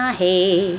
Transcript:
hey